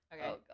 okay